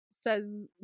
Says